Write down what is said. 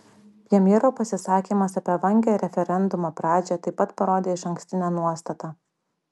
premjero pasisakymas apie vangią referendumo pradžią taip pat parodė išankstinę nuostatą